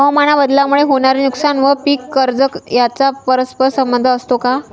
हवामानबदलामुळे होणारे नुकसान व पीक कर्ज यांचा परस्पर संबंध असतो का?